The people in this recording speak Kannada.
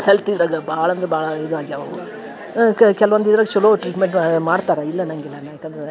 ಹೆಲ್ತ್ ಇದ್ರಾಗ ಭಾಳಂದ್ರ ಭಾಳ ಇದಾಗ್ಯವು ಅವು ಕೆಲವೊಂದು ಇದ್ರಾಗ ಚಲೋ ಟ್ರೀಟ್ಮೆಂಟ್ ಮಾಡ್ತಾರೆ ಇಲ್ಲ ಅನ್ನಂಗಿಲ್ಲನ ಯಾಕಂದ್ರ